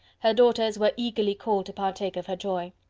her daughters were eagerly called to partake of her joy.